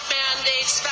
mandates